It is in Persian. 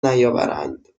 نیاورند